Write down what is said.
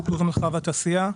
התאחדות המלאכה והתעשייה.